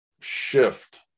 shift